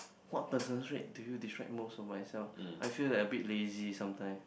what personal traits do you describe most of myself I feel like a bit lazy sometime